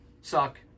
suck